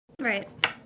Right